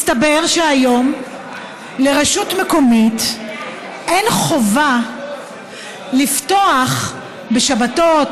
מסתבר שהיום לרשות מקומית אין חובה לפתוח בשבתות,